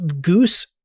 goose